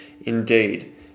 Indeed